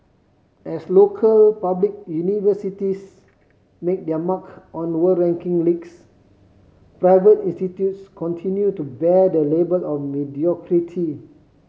as local public universities make their mark on world ranking leagues private institutes continue to bear the label of mediocrity